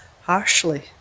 harshly